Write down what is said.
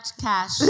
cash